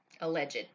Alleged